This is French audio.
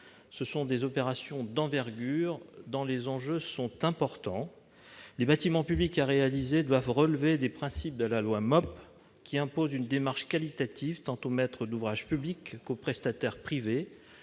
Ce sont des opérations d'envergure, dont les enjeux sont importants. Les bâtiments publics à réaliser doivent relever des principes de la loi MOP, qui impose une démarche qualitative tant aux maîtres d'ouvrage publics qu'aux prestataires privés.